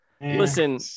listen